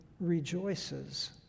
rejoices